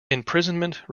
imprisonment